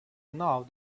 now